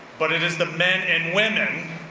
but it is the men and women,